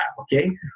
okay